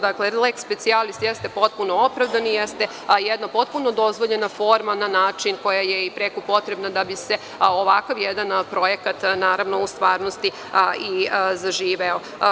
Dakle, leks specijalis jeste potpuno opravdan i jeste potpuno opravdan i jeste jedna potpuno dozvoljena forma na način koji je preko potreban da bi se ovakav jedan projekat u stvarnosti i zaživeo.